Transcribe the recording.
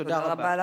תודה רבה.